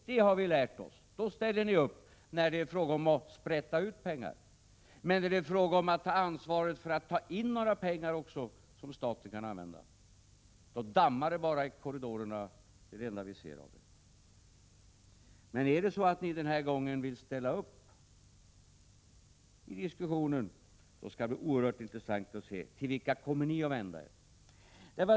Det har vi lärt oss. När det är fråga om att sprätta ut pengar, ja, då ställer ni upp! Men är det fråga om att ta ansvaret för att också ta in pengar som staten kan använda, då dammar det bara i korridorerna. Det är det enda vi ser av er. Om ni den här gången vill ställa upp i diskussionen, skall det bli oerhört intressant att se till vilka ni kommer att vända er.